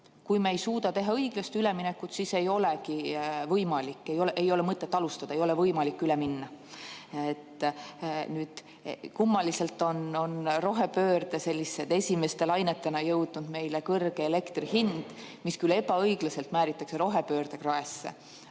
Kui me ei suuda teha õiglast üleminekut, siis ei ole mõtet alustada, siis ei ole võimalik üle minna. Kummaliselt on rohepöörde esimeste lainetena jõudnud meile kõrge elektri hind, mis küll ebaõiglaselt määritakse rohepöörde kraesse,